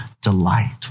delight